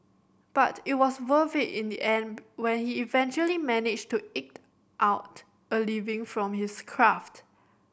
but it was worth it in the end when he eventually managed to eke out a living from his craft